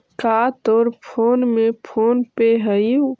का तोर फोन में फोन पे हउ?